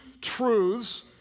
truths